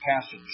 passage